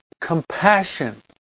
compassion